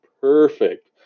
perfect